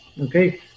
okay